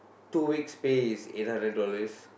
two weeks pay is eight hundred dollars